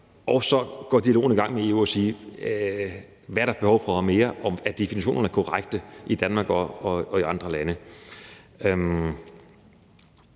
og så går dialogen i gang med EU om, hvad der mere er behov for, og om definitionerne er korrekte i Danmark og i andre lande.